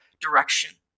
direction